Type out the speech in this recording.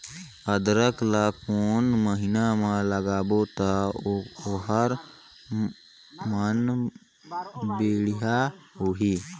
अदरक ला कोन महीना मा लगाबो ता ओहार मान बेडिया होही?